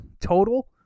total